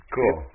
Cool